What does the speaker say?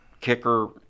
kicker